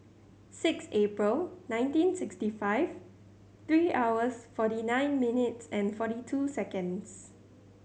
six April nineteen sixty five three hours forty nine minutes and forty two seconds